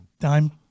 dime